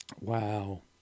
Wow